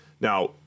Now